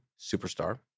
Superstar